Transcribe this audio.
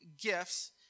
gifts